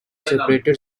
separated